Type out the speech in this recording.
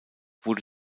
wurde